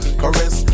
caress